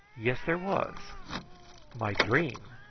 yes there was my dream.